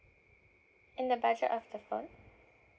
and the budget of the phone